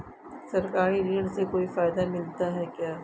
सरकारी ऋण से कोई फायदा मिलता है क्या?